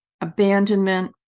abandonment